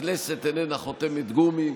הכנסת איננה חותמת גומי.